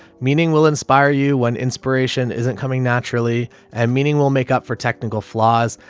meaning will inspire you when inspiration isn't coming naturally and meaning will make up for technical flaws.